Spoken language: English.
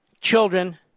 children